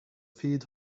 feed